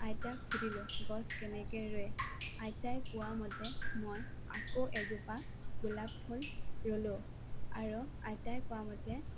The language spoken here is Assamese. আইতাক সুধিলোঁ গছ কেনেকে ৰুৱে আইতাই কোৱামতে মই আকৌ এজোপা গোলাপফুল ৰুলোঁ আৰু আইতাই কোৱামতে